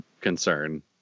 concern